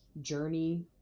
journey